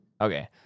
Okay